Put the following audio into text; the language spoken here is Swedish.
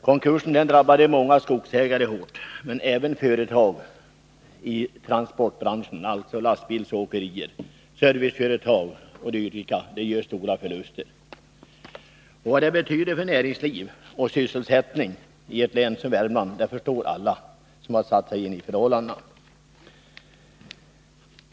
Konkursen drabbade många skogsägare hårt, men även företag i transportbranschen — lastbilsåkerier — och serviceföretag gör stora förluster. Vad detta betyder för näringsliv och sysselsättning i ett län som Värmland förstår alla som har satt sig in i förhållandena.